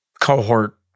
cohort